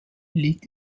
liegt